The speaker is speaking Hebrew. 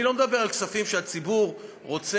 אני לא מדבר על כספים שהציבור רוצה,